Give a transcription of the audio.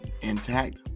intact